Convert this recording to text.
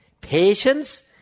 patience